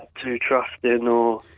too trusting or